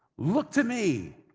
look to me.